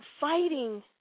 fighting